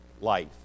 life